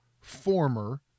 former